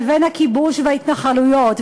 לבין הכיבוש וההתנחלויות.